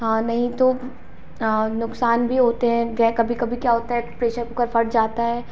हाँ नहीं तो नुकसान भी होते हैं वे कभी कभी क्या होता है प्रेशर कुकर फट जाता है